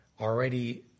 already